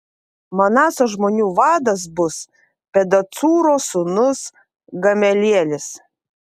manaso žmonių vadas bus pedacūro sūnus gamelielis